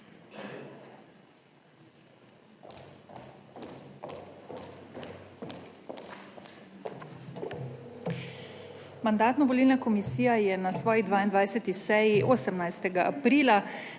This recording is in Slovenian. Mandatno-volilna komisija je na svoji 22. seji 18. aprila